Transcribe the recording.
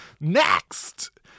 Next